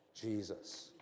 Jesus